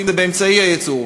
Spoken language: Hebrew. למשל באמצעי הייצור,